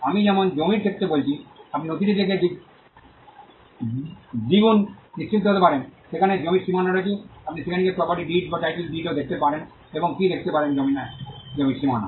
আমি যেমন জমির ক্ষেত্রে বলেছি আপনি নথিটি দেখে দ্বিগুণ নিশ্চিত হতে পারেন যেখানে জমির সীমানা রয়েছে আপনি সেখানে গিয়ে প্রপার্টি ডিড বা টাইটেল ডিডও দেখতে পারেন এবং কী দেখতে পান জমির সীমানা